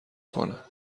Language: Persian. کنم